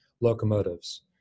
locomotives